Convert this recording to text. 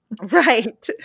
Right